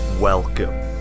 welcome